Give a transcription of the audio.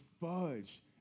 fudge